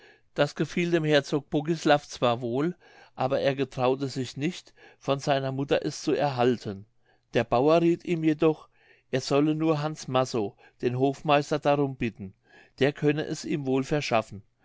das gefiel dem herzog bogislav zwar wohl aber er getraute sich nicht von seiner mutter es zu erhalten der bauer rieth ihm jedoch er solle nur hans massow den hofmeister darum bitten der könne es ihm wohl verschaffen